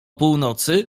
północy